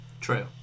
True